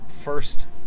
first